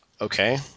Okay